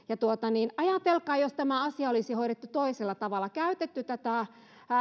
ajatelkaa jos tämä asia olisi hoidettu toisella tavalla käytetty tätä